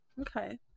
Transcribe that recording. Okay